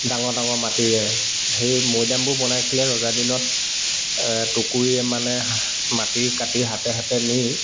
ডাঙৰ ডাঙৰ মাটিৰে সেই মৈদামবোৰ বনাইছিলে ৰজা দিনত টুকুৰি মানে মাটি কাটি হাতে হাতে নি